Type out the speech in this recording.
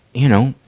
you know,